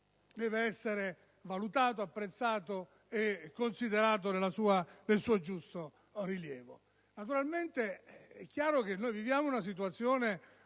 deve essere valutato, apprezzato e considerato nel suo giusto rilievo. È chiaro che viviamo una situazione